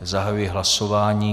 Zahajuji hlasování.